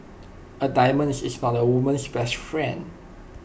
A diamonds is not A woman's best friend